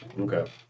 Okay